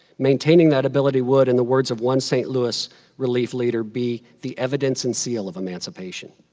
maintaining that ability would, in the words of one st. louis relief leader, be the evidence and seal of emancipation.